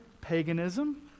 paganism